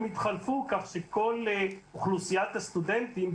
הם יתחלפו כך שכל אוכלוסיית הסטודנטים,